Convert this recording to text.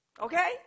Okay